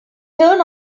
turn